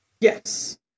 Yes